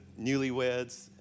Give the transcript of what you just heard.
newlyweds